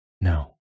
No